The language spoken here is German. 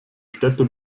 städte